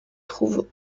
trouve